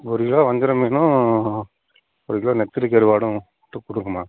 ஒரு கிலோ வஞ்சர மீனும் ஒரு கிலோ நெத்திலி கருவாடும் கொடுக்குமா